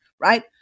right